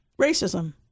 Racism